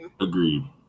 agreed